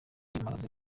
mpagaze